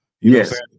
Yes